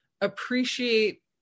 appreciate